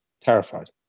terrified